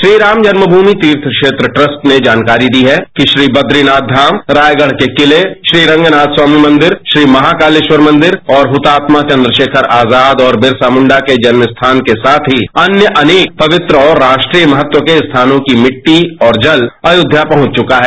Shriram Janmabhoomi Teerth Kshetra trust ने जानकारी दी है कि श्री बद्गीनाथ धाम रायगढ़ के किले श्री रंगनाथस्वामी मंदिर श्री महाकालेश्वर मंदिर और हुतात्मा चंद्ररोखर आजाद तथा बिरसा मुंडा के जन्म स्थान के साथ ही अन्य अनेक पवित्र और राष्ट्रीय महत्व के स्थानों की मिट्टी और जल अयोध्या पहुंच चुका है